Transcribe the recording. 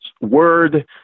word